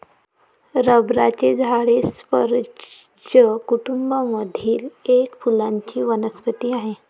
रबराचे झाड हे स्पर्ज कुटूंब मधील एक फुलांची वनस्पती आहे